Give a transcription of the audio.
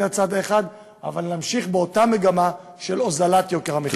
אבל נמשיך באותה מגמה של הורדת יוקר המחיה.